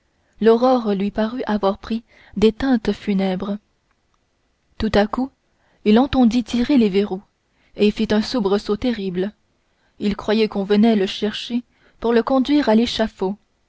l'aurore lui parut avoir pris des teintes funèbres tout à coup il entendit tirer les verrous et il fit un soubresaut terrible il croyait qu'on venait le chercher pour le conduire à l'échafaud